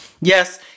yes